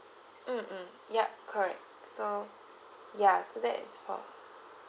mm mm yup correct so ya so that's for